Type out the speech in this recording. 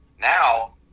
Now